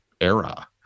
era